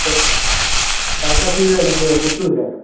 sir கரெக்டாக சீர்காழிலேருந்து Puthur sir